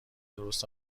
درست